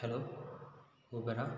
hello ஊபரா